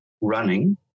running